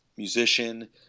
musician